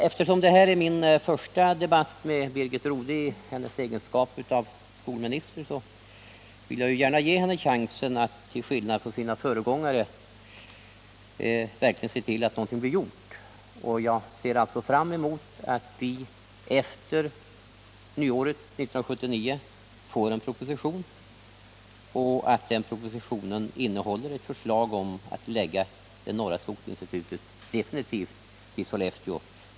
Eftersom detta är min första debatt med Birgit Rodhe i hennes egenskap av skolminister vill jag gärna ge henne chansen att till skillnad från sina föregångare verkligen se till att någonting blir gjort. Jag ser alltså fram emot att vi efter nyåret 1979 får en proposition i den här frågan, och jag hoppas att denna proposition innehåller ett förslag om att det norra skogsinstitutet definitivt skall förläggas till Sollefteå.